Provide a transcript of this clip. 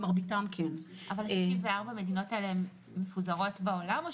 64 המדינות האלה מפוזרות בעולם?